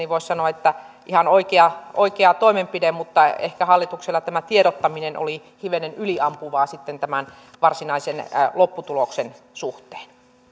voisi sanoa että ihan oikea oikea toimenpide mutta ehkä hallituksella tämä tiedottaminen oli hivenen yliampuvaa sitten tämän varsinaisen lopputuloksen suhteen